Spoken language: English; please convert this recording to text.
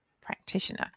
practitioner